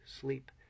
sleep